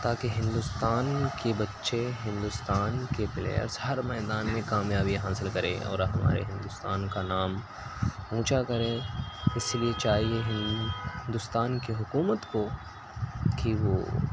تاکہ ہندوستان کے بچے ہندوستان کے پلیئرس ہر میدان میں کامیابی حاصل کریں اور ہمارے ہندوستان کا نام اونچا کریں اس لیے چاہیے ہندوستان کے حکومت کو کہ وہ